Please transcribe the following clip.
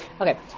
Okay